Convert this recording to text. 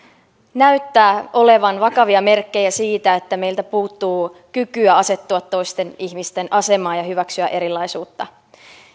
näyttää olevan vakavia merkkejä siitä että meiltä puuttuu kykyä asettua toisten ihmisten asemaan ja hyväksyä erilaisuutta